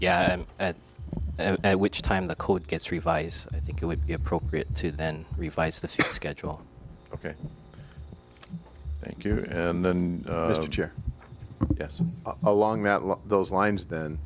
yeah at which time the code gets revise i think it would be appropriate to then revise the schedule ok thank you and then yes along that line those lines then